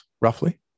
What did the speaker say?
roughly